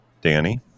Danny